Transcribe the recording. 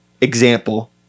Example